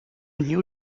new